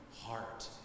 heart